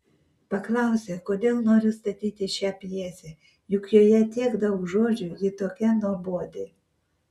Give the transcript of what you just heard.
paklausė kodėl noriu statyti šią pjesę juk joje tiek daug žodžių ji tokia nuobodi